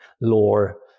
lore